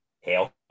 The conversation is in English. Hail